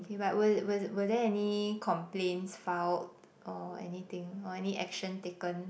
k but were were were there any complaints filed or anything or any action taken